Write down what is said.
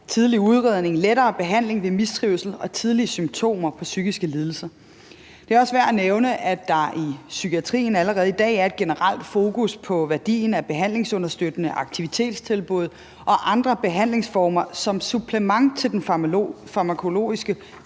tidlig udredning og lettere behandling ved mistrivsel og tidlige symptomer på psykiske lidelser. Det er også værd at nævne, at der i psykiatrien allerede i dag er et generelt fokus på værdien af behandlingsunderstøttende aktivitetstilbud og andre behandlingsformer som supplement til den farmakologiske